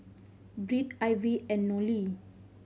Britt Ivy and Nolie